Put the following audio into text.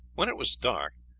when it was dusk,